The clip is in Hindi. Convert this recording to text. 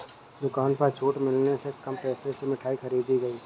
दुकान पर छूट मिलने से कम पैसे में मिठाई खरीदी गई